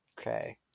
Okay